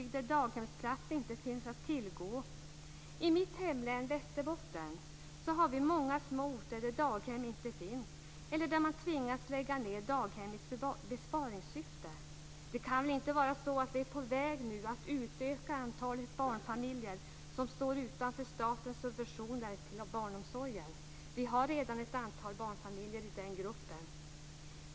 Det kan väl inte vara så att vi nu är på väg att utöka antalet barnfamiljer som står utanför statens subventioner till barnomsorgen? Vi har redan ett antal barnfamiljer i den gruppen.